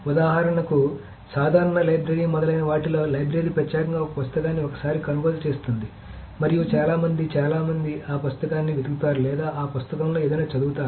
ఉదాహరణకు సాధారణ లైబ్రరీ మొదలైన వాటిలో లైబ్రరీ ప్రత్యేకంగా ఒక పుస్తకాన్ని ఒకసారి కొనుగోలు చేస్తుంది మరియు చాలా మంది చాలా మంది ఆ పుస్తకాన్ని వెతుకుతారు లేదా ఆ పుస్తకంలో ఏదైనా చదువుతారు